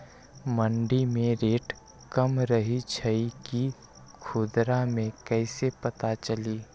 मंडी मे रेट कम रही छई कि खुदरा मे कैसे पता चली?